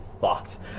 fucked